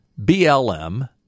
BLM